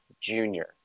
junior